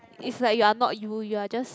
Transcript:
is like you are not you you're just